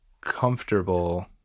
comfortable